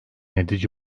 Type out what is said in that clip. edici